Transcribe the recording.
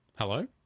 Hello